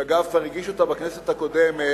שאגב, כבר הגישו אותן בכנסת הקודמת,